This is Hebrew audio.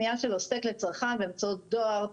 פנייה של עוסק לצרכן באמצעות דואר,